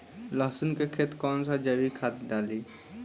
लहसुन के खेत कौन सा जैविक खाद डाली?